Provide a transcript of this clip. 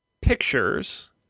pictures